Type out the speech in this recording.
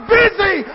busy